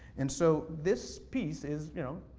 and so, this piece is, you know,